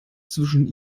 zwischen